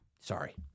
Sorry